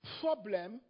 Problem